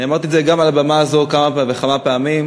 אמרתי את זה על הבמה הזאת כמה וכמה פעמים: